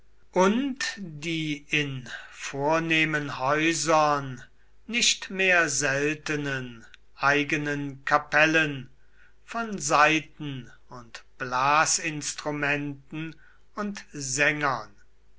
und die in vornehmen häusern nicht mehr seltenen eigenen kapellen von saiten und blasinstrumenten und sängern